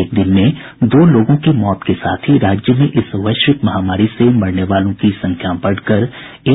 एक दिन में दो लोगों की मौत के साथ ही राज्य में इस वैश्विक महामारी से मरने वालों की संख्या बढ़कर